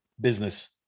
business